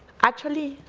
actually,